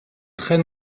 très